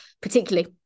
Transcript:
particularly